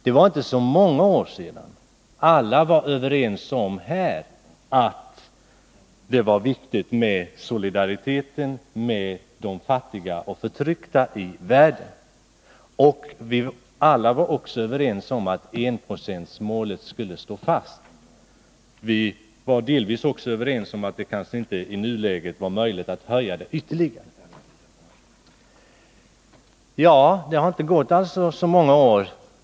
Det var inte så många år sedan alla var överens om att solidariteten med de fattiga och förtryckta i världen var viktig. Alla var också överens om att enprocentsmålet skulle stå fast. De flesta var väl också överens om att det i nuläget kanske inte var möjligt att öka biståndet ytterligare. Det har inte gått så många år sedan dess.